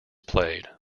played